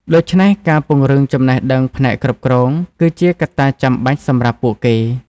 ដូច្នេះ ការពង្រឹងចំណេះដឹងផ្នែកគ្រប់គ្រង គឺជាកត្តាចាំបាច់សម្រាប់ពួកគេ។